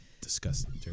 Disgusting